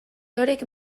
horiek